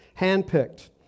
handpicked